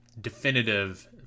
definitive